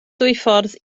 dwyffordd